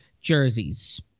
jerseys